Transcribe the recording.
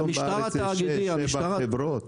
היום בארץ יש שש-שבע חברות.